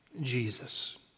Jesus